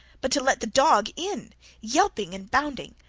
but to let the dog in yelping and bounding.